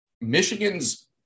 Michigan's